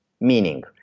Meaning